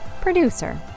producer